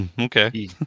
Okay